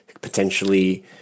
potentially